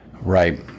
Right